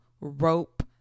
rope